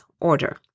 order